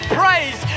praise